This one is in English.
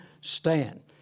stand